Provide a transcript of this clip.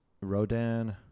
Rodan